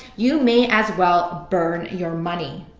you may as well burn your money.